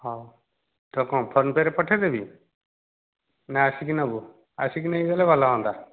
ହେଉ ତ କ'ଣ ଫୋନ ପେ'ରେ ପଠାଇ ଦେବି ନା ଆସିକି ନେବୁ ଆସିକି ନେଇଗଲେ ଭଲ ହୁଅନ୍ତା